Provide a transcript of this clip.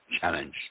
challenge